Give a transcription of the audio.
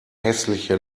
hässliche